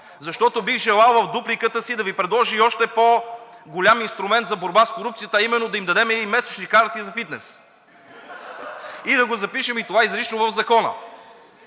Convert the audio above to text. Защото бих желал в дупликата си да ви предложа и още по-голям инструмент за борба с корупцията, а именно да им дадем и месечни карти за фитнес. (Смях от ВЪЗРАЖДАНЕ.) И да запишем и това изрично в Закона.